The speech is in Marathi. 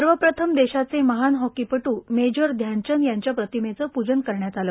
सर्वप्रथम देशाचे महान हॉकीपटू मेजर ध्यानचंद यांच्या प्रतिमेचे पूजन करण्यात आले